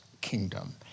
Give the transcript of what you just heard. kingdom